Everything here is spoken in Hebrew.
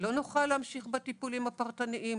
לא נוכל להמשיך בטיפולים הפרטניים,